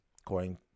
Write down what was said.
according